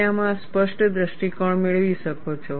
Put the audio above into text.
તમે આમાં સ્પષ્ટ દૃષ્ટિકોણ મેળવી શકો છો